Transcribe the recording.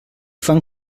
fan